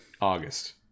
August